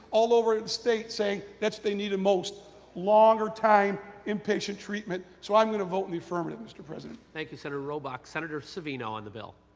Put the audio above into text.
all over the state saying they needed most longer time inpatient treatment, so i'm going to vote in the affirmative mr. president. thank you, senator are ah book. senator savino on the bill.